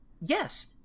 yes